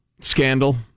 scandal